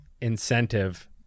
incentive